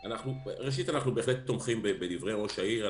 ראשית אנחנו בהחלט תומכים בדברי ראש העיר.